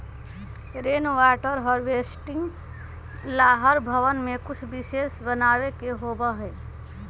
rain water harvesting ला हर भवन में कुछ विशेष बनावे के होबा हई